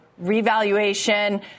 revaluation